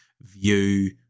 view